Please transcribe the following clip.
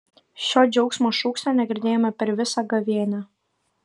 šio džiaugsmo šūksnio negirdėjome per visą gavėnią